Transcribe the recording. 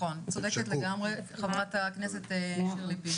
נכון, צודקת לגמרי, חברת הכנסת שירלי פינטו.